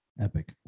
epic